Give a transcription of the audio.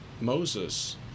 Moses